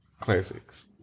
classics